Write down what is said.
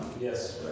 Yes